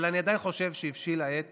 אבל אני עדיין חושב שהבשילה העת